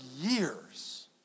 years